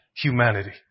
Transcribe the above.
humanity